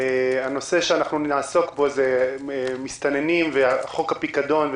הנושא שאנחנו נעסוק בו הוא מסתננים וחוק הפיקדון.